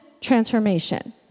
transformation